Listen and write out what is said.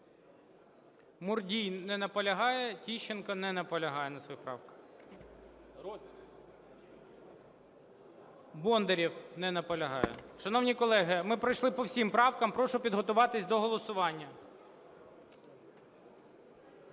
Мурдій не наполягає. Тищенко не наполягає на своїх правках. Бондарєв. Не наполягає. Шановні колеги, ми пройшли по всім правкам, прошу підготуватися до голосування.